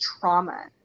trauma